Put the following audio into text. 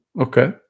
Okay